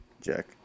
Jack